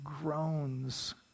groans